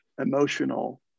emotional